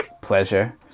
pleasure